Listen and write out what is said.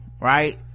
right